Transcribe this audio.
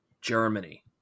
Germany